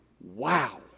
wow